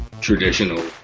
traditional